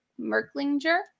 Merklinger